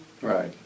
Right